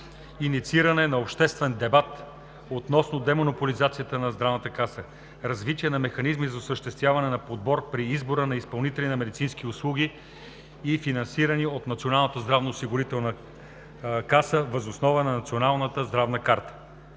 иницииране на обществен дебат относно демонополизацията на Здравната каса; - развитие на механизми за осъществяване на подбор при избора на изпълнители на медицински услуги и финансирани от Националната здравноосигурителна каса въз основа на Националната здравна карта;